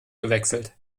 gewechselt